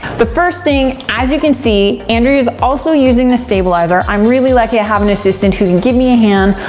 the first thing, as you can see, andrea's also using the stabilizer. i'm really lucky to have an assistant who can give me a hand,